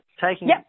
taking